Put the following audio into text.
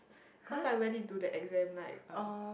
cause I went into the exam like uh